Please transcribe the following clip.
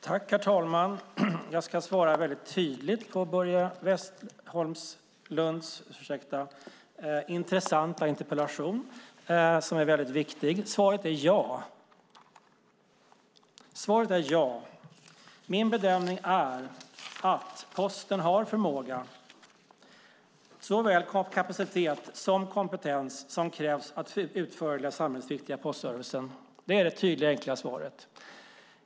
Herr talman! Jag ska svara väldigt tydligt på Börje Vestlunds intressanta interpellation, som är väldigt viktig. Svaret är ja. Min bedömning är att Posten har den förmåga, såväl kapacitet som kompetens, som krävs för att utföra den samhällsviktiga postservicen. Det är det tydliga och enkla svaret.